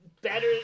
better